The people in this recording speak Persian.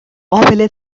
قابل